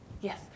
Yes